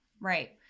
Right